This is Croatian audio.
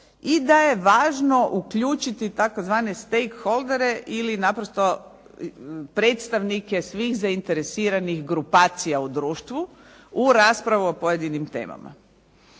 i da je važno uključiti tzv. stakeholdere ili naprosto predstavnike svih zainteresiranih grupacija u društvu u raspravi o pojedinim temama.